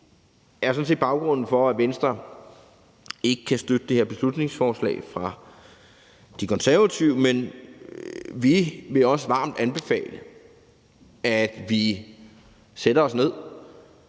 set også baggrunden for, at Venstre ikke kan støtte det her beslutningsforslag fra De Konservative. Men vi vil også varmt anbefale, at vi sætter os ned